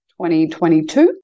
2022